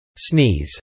Sneeze